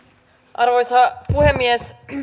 arvoisa puhemies